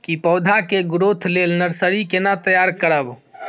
की पौधा के ग्रोथ लेल नर्सरी केना तैयार करब?